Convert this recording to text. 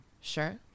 sure